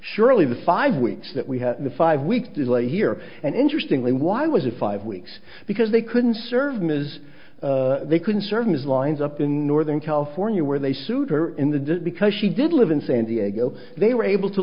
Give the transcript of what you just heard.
surely the five weeks that we had the five week delay here and interestingly why was it five weeks because they couldn't serve ms they couldn't serve ms lines up in northern california where they sued her in the desert because she did live in san diego they were able to